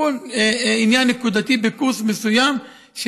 זה עניין נקודתי בקורס מסוים,